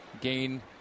Gain